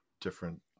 different